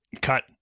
cut